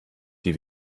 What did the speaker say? die